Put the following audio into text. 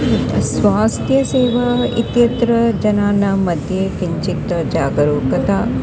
स्वास्थ्यसेवा इत्यत्र जनानाम्मध्ये किञ्चित् जागरूकता